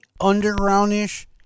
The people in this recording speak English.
underground-ish